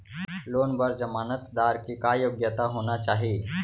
Loan बर जमानतदार के का योग्यता होना चाही?